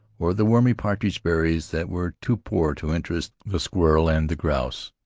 or the wormy partridge-berries that were too poor to interest the squirrel and the grouse,